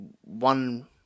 one